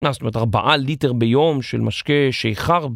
ארבעה ליטר ביום של משקה שיכר.